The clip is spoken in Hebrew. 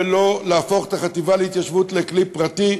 ולא להפוך את החטיבה להתיישבות לכלי פרטי,